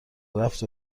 رفت